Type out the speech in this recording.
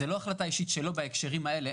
זו לא החלטה אישית שלו בהקשרים האלה.